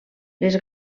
les